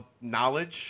knowledge